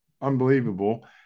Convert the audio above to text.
unbelievable